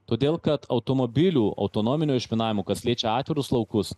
todėl kad automobilių autonominio išminavimų kas liečia atvirus laukus